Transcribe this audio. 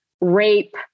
rape